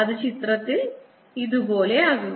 അത് ചിത്രത്തിൽ ഇതു പോലെ ആകുന്നു